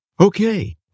Okay